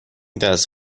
دست